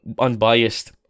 unbiased